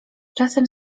czasem